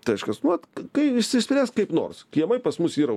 tai eiškias nu vat kai išsispręs kaip nors kiemai pas mus yra